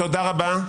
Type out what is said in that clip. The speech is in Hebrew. גלעד, תודה רבה.